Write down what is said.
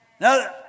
Now